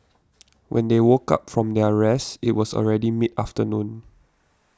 when they woke up from their rest it was already mid afternoon